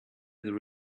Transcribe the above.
there